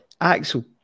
Axel